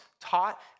taught